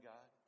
God